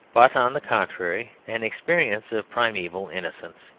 but, on the contrary, an experience of primeval innocence,